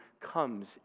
comes